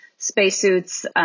Spacesuits